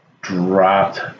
dropped